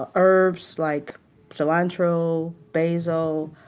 ah herbs like cilantro, basil,